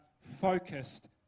focused